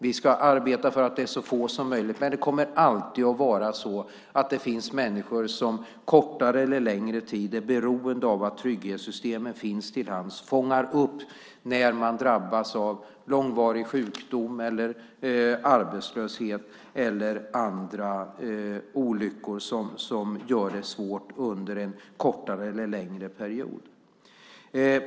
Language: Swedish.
Vi ska arbeta för att det är så få som möjligt, men det kommer alltid att finnas människor som kortare eller längre tid är beroende av att trygghetssystemen finns till hands och fångar upp när man drabbas av långvarig sjukdom, arbetslöshet eller andra olyckor som gör det svårt under en kortare eller längre period.